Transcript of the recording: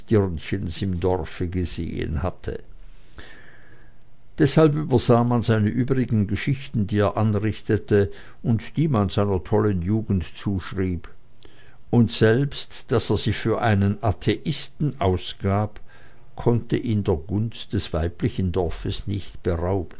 im dorfe gesehen hatte deshalb übersah man seine übrigen geschichten die er anrichtete und die man seiner tollen jugend zuschrieb und selbst daß er sich für einen atheisten ausgab konnte ihn der gunst des weiblichen dorfes nicht berauben